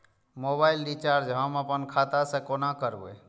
Mobile recharge हम आपन खाता से कोना करबै?